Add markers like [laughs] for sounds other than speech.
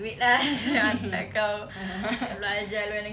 [laughs]